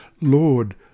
Lord